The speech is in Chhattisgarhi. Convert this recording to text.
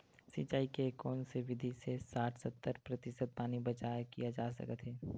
सिंचाई के कोन से विधि से साठ सत्तर प्रतिशत पानी बचाव किया जा सकत हे?